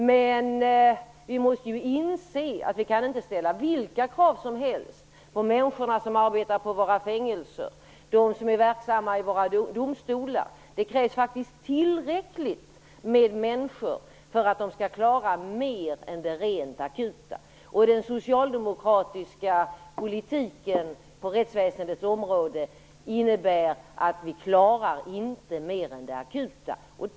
Men vi måste ju inse att vi inte kan ställa vilka krav som helst på de människor som arbetar på fängelserna och på dem som är verksamma i domstolarna. Det krävs tillräckligt med människor för att de skall klara mer än det rent akuta. Den socialdemokratiska politiken på rättsväsendets område innebär att vi inte klarar mer än det akuta.